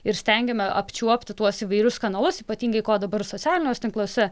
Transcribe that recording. ir stengiamė apčiuopti tuos įvairius kanalus ypatingai ko dabar socialiniuose tinkluose